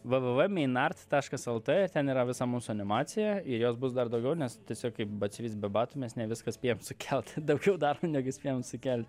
vvv meinart taškas lt ir ten yra visa mūsų animacija ir jos bus dar daugiau nes tiesiog kaip batsiuvys be batų mes ne viską spėjam sukelt daugiau darom negu spėjam sukel